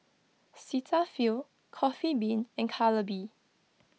Cetaphil Coffee Bean and Calbee